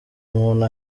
umuntu